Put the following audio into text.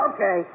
Okay